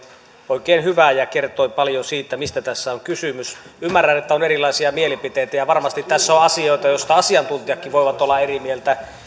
oikein hyvä ja kertoi paljon siitä mistä tässä on kysymys ymmärrän että on erilaisia mielipiteitä ja varmasti tässä on asioita joista asiantuntijatkin voivat olla eri mieltä